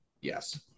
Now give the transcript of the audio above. yes